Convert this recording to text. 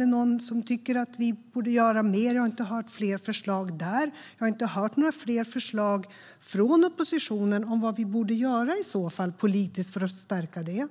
Om någon tycker att vi borde göra mer och har fler förslag vill jag säga att jag inte har hört fler förslag från oppositionen om vad vi i så fall borde göra politiskt för att stärka detta.